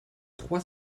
trois